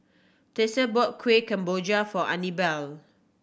Tessa bought Kuih Kemboja for Anibal